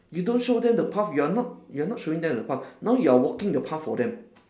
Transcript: you don't show them the path you are not you are not showing them the path now you are walking the path for them